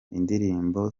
indirimbo